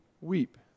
weep